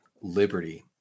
liberty